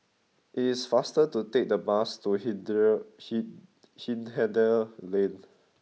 it is faster to take the bus to Hindhede Lane